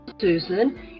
Susan